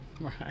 Right